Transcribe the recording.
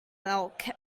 milk